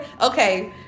Okay